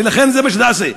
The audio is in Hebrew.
ולכן זה מה שנעשה.